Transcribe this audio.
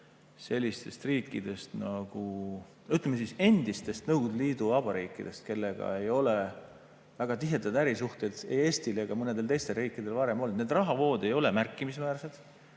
sellistest riikidest nagu, ütleme, endistest Nõukogude Liidu vabariikidest, kellega ei ole väga tihedaid ärisuhteid ei Eestil ega mõnel teisel riigil varem olnud. Need rahavood ei ole märkimisväärsed.